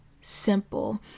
simple